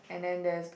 and then there's